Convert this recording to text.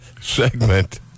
segment